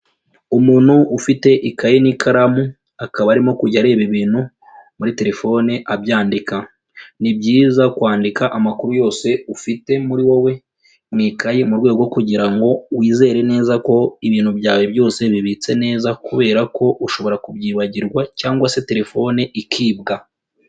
Umuntu ufite ikayi n'ikaramu, akaba arimo kujya areba ibintu muri terefone abyandika. Ni byiza kwandika amakuru yose ufite muri wowe, mu ikayi mu rwego rwo kugira ngo wizere neza ko ibintu byawe byose bibitse neza kubera ko ushobora kubyibagirwa cyangwa se terefone ikibwa.